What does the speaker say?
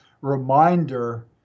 reminder